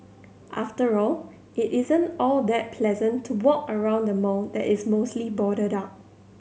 after all it isn't all that pleasant to walk around the mall that is mostly boarded up